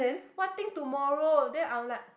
what thing tomorrow then I'm like